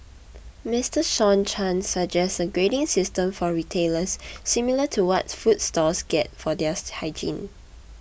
Mister Sean Chan suggests a grading system for a retailers similar to what food stalls get for their hygiene